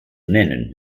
nennen